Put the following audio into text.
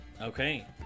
Okay